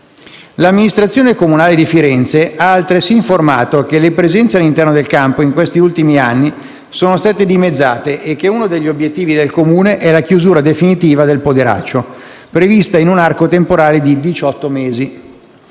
L'amministrazione comunale di Firenze ha, altresì, informato che le presenze all'interno del campo, in questi ultimi anni, sono state dimezzate e che uno degli obiettivi del Comune è la chiusura definitiva del Poderaccio, prevista in un arco temporale di diciotto